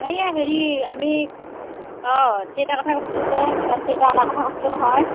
এইয়া হেৰি আমি অঁ থিয়েটাৰ কথা কৈছিলোঁ যে কিবা থিয়েটাৰ অনাৰ কথা কৈছিলোঁ নহয়